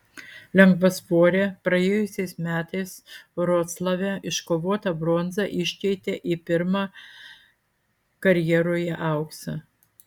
lengvasvorė praėjusiais metais vroclave iškovotą bronzą iškeitė į pirmą karjeroje auksą